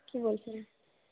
কী বলছেন